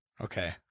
Okay